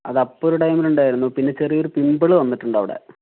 അത് അപ്പോൾ ഒരു ടൈമിൽ ഉണ്ടായിരുന്നു പിന്നെ ചെറിയൊരു പിമ്പിൽ വന്നിടുണ്ട് അവിടെ